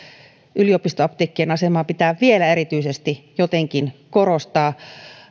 yliopistoapteekkien asemaa pitää vielä erityisesti jotenkin korostaa ja